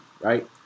right